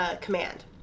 command